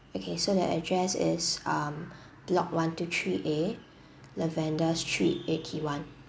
okay so the address is um block one two three A lavender street eighty one